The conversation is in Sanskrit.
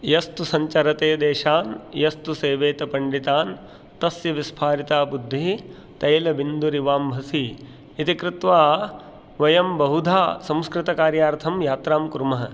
यस्तु सञ्चरते देशान् यस्तु सेवेत पण्डितान् तस्य विस्फारिता बुद्धिः तैलबिन्दुरिवाम्भसि इति कृत्वा वयं बहुधा संस्कृतकार्यार्थं यात्रां कुर्मः